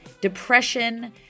depression